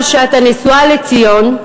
נשואה לציון,